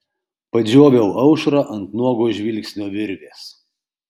padžioviau aušrą ant nuogo žvilgsnio virvės